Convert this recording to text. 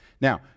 Now